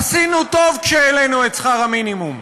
ועשינו טוב כשהעלינו את שכר המינימום.